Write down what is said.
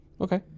Okay